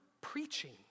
preaching